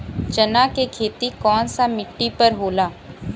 चन्ना के खेती कौन सा मिट्टी पर होला?